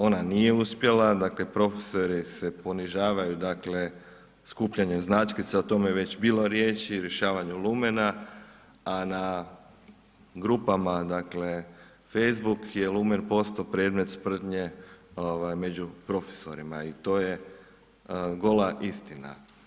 Ona nije uspjela, dakle profesori se ponižavanju skupljanjem značkica, o tome je već bilo riječi, rješavanju lumena, a na grupama dakle Facebook je lumen postao predmet sprdnje među profesorima i to je gola istina.